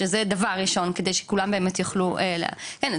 שזה דבר ראשון כדי שכולם באמת יוכלו - כן,